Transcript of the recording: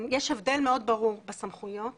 יש הבדל מאוד ברור בסמכויות